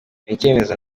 icyemezo